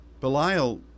Belial